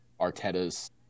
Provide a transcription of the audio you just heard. Arteta's